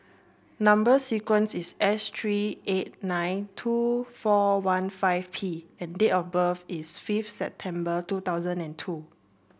number sequence is S three eight nine two four one five P and date of birth is fifth September two thousand and two